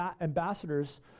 ambassadors